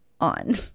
on